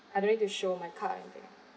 I don't need to show my card or anything